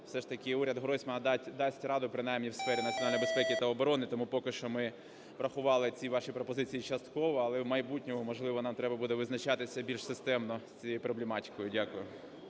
все ж таки уряд Гройсмана дасть раду принаймні в сфері національної безпеки та оборони. Тому поки що ми врахували ці ваші пропозиції частково. Але в майбутньому, можливо, нам треба буде визначатися більш системно з цією проблематикою. Дякую.